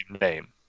name